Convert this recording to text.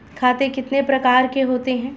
खाते कितने प्रकार के होते हैं?